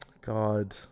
God